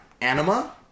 Anima